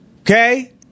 Okay